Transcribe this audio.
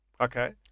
Okay